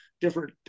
different